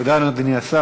תודה לאדוני השר.